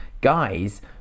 Guys